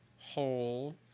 whole